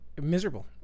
miserable